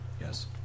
Yes